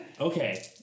Okay